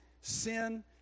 sin